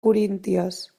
corínties